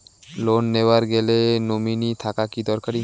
Loan নেওয়ার গেলে nominee থাকা কি দরকারী?